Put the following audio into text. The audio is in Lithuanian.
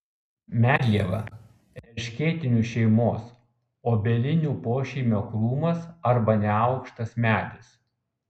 medlieva erškėtinių šeimos obelinių pošeimio krūmas arba neaukštas medis